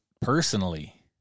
personally